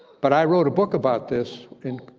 but i wrote a book about this in